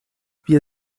wir